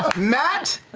matt,